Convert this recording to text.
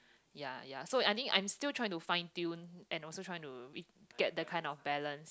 ya ya so I think I'm still trying to fine tune and also trying to get that kind of balance